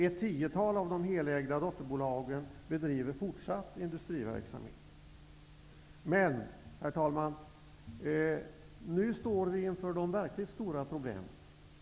Ett tiotal av de helägda dotterbolagen bedriver fortsatt industriverksamhet. Herr talman! Nu står vi emellertid inför de verkligt stora problemen.